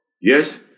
Yes